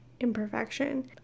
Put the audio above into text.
imperfection